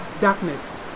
darkness